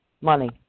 Money